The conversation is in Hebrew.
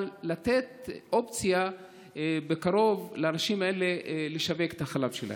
אבל לתת אופציה בקרוב לאנשים האלה לשווק את החלב שלהם.